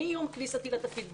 מיום כניסתי לתפקיד,